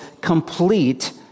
complete